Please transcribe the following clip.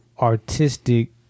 artistic